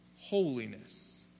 holiness